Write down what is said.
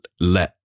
let